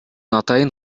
атайын